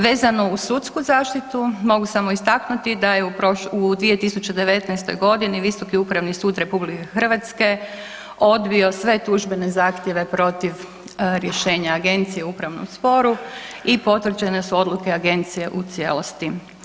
Vezano uz sudsku zaštitu, mogu samo istaknuti da je u 2019. g. Visoki upravni sud RH odbio sve tužbene zahtjeve protiv rješenja agencije u upravnom sporu i potvrđene su odluke agencije u cijelosti.